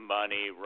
money